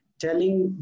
telling